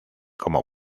como